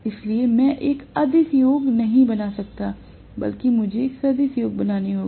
इसलिए मैं एक अदिश योग नहीं बना सकता बल्कि मुझे एक सदिश योग बनानी होगी